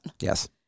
Yes